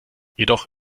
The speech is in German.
jedoch